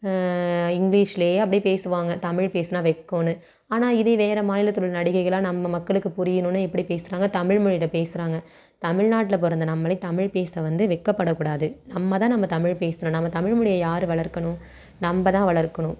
இங்கிலீஷ்லியே அப்படியே பேசுவாங்க தமிழ் பேசினா வெக்கம்னு ஆனால் இதே வேறு மாநிலத்தில் உள்ள நடிகைகளெலாம் நம்ம மக்களுக்கு புரியணுன்னு எப்படி பேசுகிறாங்க தமிழ்மொழியில் பேசுகிறாங்க தமிழ்நாட்டில் பிறந்த நம்மளே தமிழ் பேச வந்து வெட்கப்படக்கூடாது நம்மதான் நம்ம தமிழை பேசணும் நம்ம தமிழ்மொழியை யார் வளர்க்கணும் நம்பதான் வளர்க்கணும்